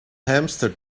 hamster